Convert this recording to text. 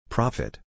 Profit